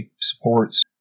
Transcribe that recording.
supports